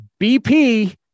BP